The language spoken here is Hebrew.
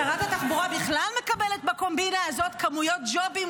שרת התחבורה בכלל מקבלת בקומבינה הזאת כמויות ג'ובים,